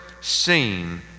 seen